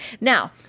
Now